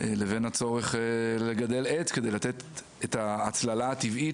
לבין הצורך לגדל עץ כדי לתת את ההצללה הטבעית,